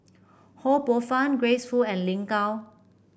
Ho Poh Fun Grace Fu and Lin Gao